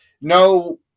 No